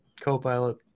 Copilot